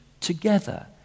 together